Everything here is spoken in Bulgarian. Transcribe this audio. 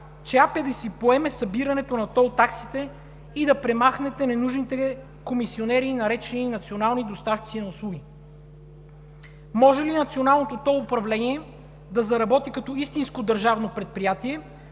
да си поеме събирането на тол таксите и да премахнете ненужните комисионери, наречени национални доставчици на услуги? Може ли Националното тол управление да заработи като истинско държавно предприятие,